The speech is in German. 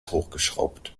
hochgeschraubt